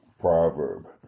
proverb